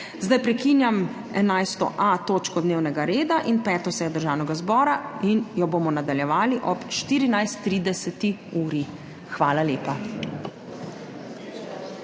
Zdaj prekinjam 11.a točko dnevnega reda in 5. sejo Državnega zbora, ki jo bomo nadaljevali ob 14.30 uri. Hvala lepa.